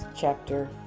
chapter